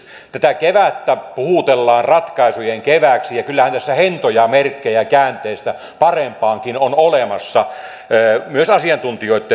tätä kevättä puhutellaan ratkaisujen kevääksi ja kyllähän tässä hentoja merkkejä käänteestä parempaankin on olemassa myös asiantuntijoitten mukaan